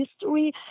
History